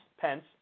Pence